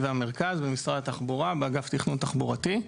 והמרכז במשרד התחבורה באגף תכנון תחבורתי.